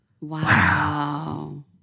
Wow